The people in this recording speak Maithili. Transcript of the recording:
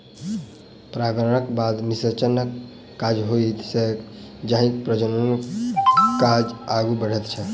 परागणक बाद निषेचनक काज होइत छैक जाहिसँ प्रजननक काज आगू बढ़ैत छै